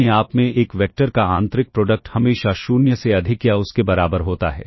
अपने आप में एक वेक्टर का आंतरिक प्रोडक्ट हमेशा 0 से अधिक या उसके बराबर होता है